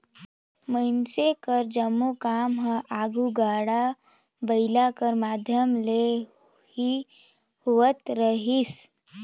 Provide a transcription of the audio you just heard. मइनसे कर जम्मो काम हर आघु गाड़ा बइला कर माध्यम ले ही होवत रहिस